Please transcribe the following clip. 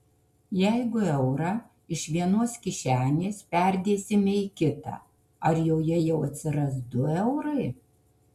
jeigu eurą iš vienos kišenės perdėsime į kitą ar joje jau atsiras du eurai